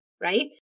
right